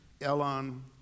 Elon